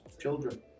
children